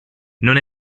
non